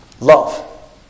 Love